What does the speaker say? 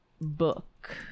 book